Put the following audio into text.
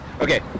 Okay